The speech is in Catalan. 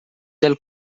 del